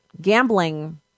gambling